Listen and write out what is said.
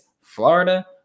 Florida